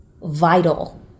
vital